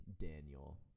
Daniel